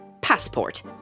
passport